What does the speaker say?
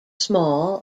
small